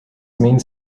means